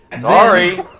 Sorry